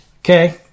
okay